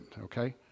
okay